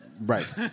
Right